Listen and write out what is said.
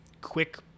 quick